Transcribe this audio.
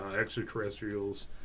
extraterrestrials